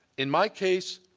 in my case,